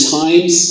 times